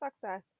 success